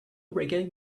reggae